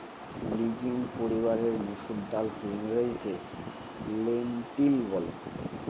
legume পরিবারের মসুর ডালকে ইংরেজিতে লেন্টিল বলে